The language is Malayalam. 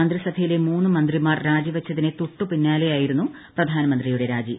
മന്ത്രിസഭയിലെ മൂന്ന് മന്ത്രിമാർ രാജിവച്ചതിനു തൊട്ടുപിന്നാലെയായിരുന്നു പ്രധാനമന്ത്രിയുടെ രാജി